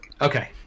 Okay